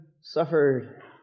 suffered